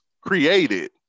created